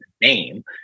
name